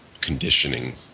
conditioning